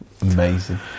Amazing